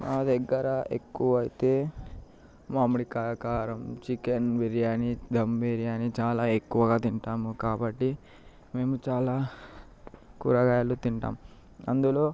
మా దగ్గర ఎక్కువ అయితే మామిడికాయ కారం చికెన్ బిర్యానీ ధమ్ బిర్యానీ చాలా ఎక్కువగా తింటాము కాబట్టి మేము చాలా కూరగాయలు తింటాము అందులో